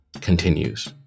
continues